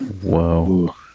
Whoa